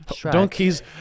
Donkeys